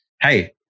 Hey